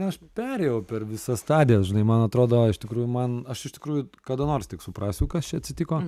aš perėjau per visas stadijas žinai man atrodo iš tikrųjų man aš iš tikrųjų kada nors tik suprasiu kas čia atsitiko